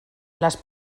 las